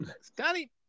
Scotty